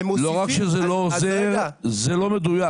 לא רק שזה לא עוזר אלא זה לא מדויק.